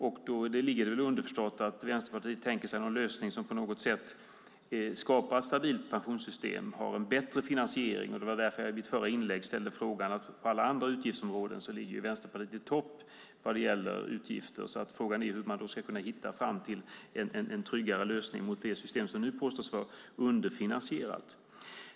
Det ligger väl underförstått att Vänsterpartiet tänker sig någon lösning som på något sätt skapar ett stabilt pensionssystem och har en bättre finansiering. Det var därför som jag i mitt förra inlägg ställde en fråga. På alla andra utgiftsområden ligger Vänsterpartiet i topp vad det gäller utgifter. Frågan är då hur man ska kunna hitta fram till en tryggare lösning än det system som nu påstås vara underfinansierat.